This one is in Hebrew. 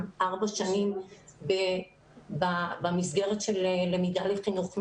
ארבע שנים במסגרת של למידה לחינוך מיוחד.